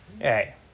hey